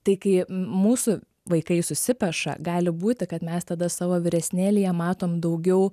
tai kai mūsų vaikai susipeša gali būti kad mes tada savo vyresnėlyje matom daugiau